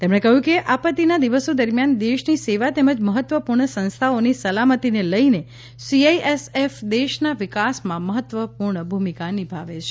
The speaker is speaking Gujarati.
તેમણે કહ્યું કે આપત્તિના દિવસો દરમિયાન દેશની સેવા તેમજ મહત્વપૂર્ણ સંસ્થાઓની સલામતીને લઈને સીઆઈએસએફ દેશના વિકાસમાં મહત્વપૂર્ણ ભૂમિકા નિભાવે છે